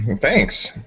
Thanks